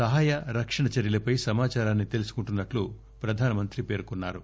సహాయక రక్షణ చర్యలపై సమాచారాన్ని తెలుసుకుంటున్నట్లు ప్రధానమంత్రి పేర్కొన్నారు